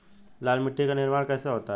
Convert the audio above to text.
लाल मिट्टी का निर्माण कैसे होता है?